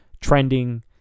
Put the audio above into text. trending